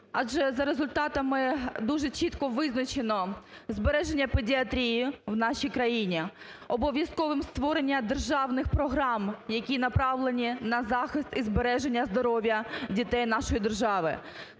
адже за результатами дуже чітко визначено збереження педіатрії в нашій країні. Обов'язковим створення державних програм, які направлені на захист і збереження здоров'я дітей нашої держави.